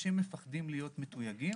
אנשים מפחדים להיות מתויגים.